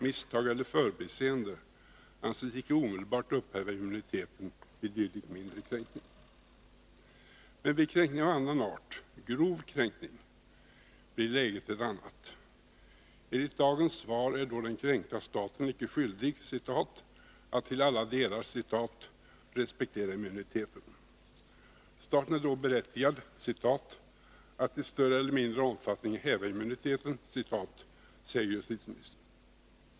Misstag eller förbiseende anses icke omedelbart upphäva immuniteten vid dylik mindre kränkning. Men vid en kränkning av annau art, grov kränkning, blir läget ett annat. Enligt dagens svar är då den kränkta staten icke skyldig ”att till alla delar” respektera immuniteten. Staten är då berättigad att ”häva immuniteten i större eller mindre utsträckning”, säger justitieministern.